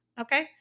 Okay